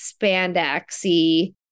spandexy